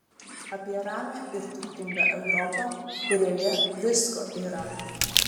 apie ramią ir turtingą europą kurioje visko yra